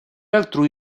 altrui